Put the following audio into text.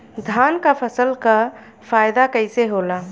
धान क फसल क फायदा कईसे होला?